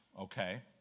okay